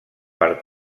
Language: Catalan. per